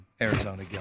Arizona